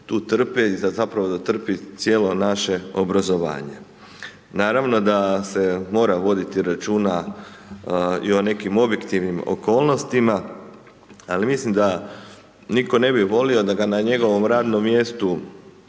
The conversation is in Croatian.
tu trpi, zapravo da trpi cijelo naše obrazovanje. Naravno da se mora voditi računa i o nekim objektivnim okolnostima, ali mislim da nitko ne bi volio da ga na njegovom radom mjestu